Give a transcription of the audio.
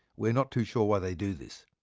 we're not too sure why they do this.